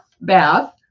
Bath